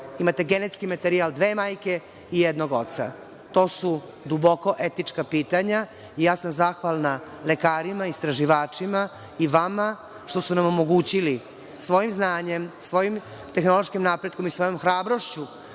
imate genetski materijal dve majke i jednog oca. To su duboko etička pitanja. Ja sam zahvalna lekarima, istraživačima i vama, što su nam omogućili svojim znanjem, svojim tehnološkim napretkom i svojom hrabrošću